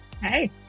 Hey